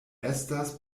estas